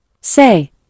Say